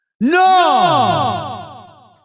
no